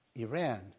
Iran